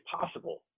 possible